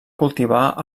cultivar